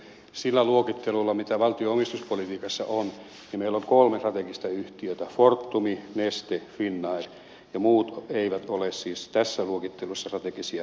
sillä luokittelulla mitä valtion omistuspolitiikassa on meillä on kolme strategista yhtiötä fortum neste finnair ja muut eivät ole siis tässä luokittelussa strategisia yhtiöitä